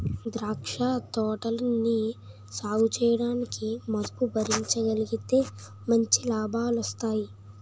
ద్రాక్ష తోటలని సాగుచేయడానికి మదుపు భరించగలిగితే మంచి లాభాలొస్తాయి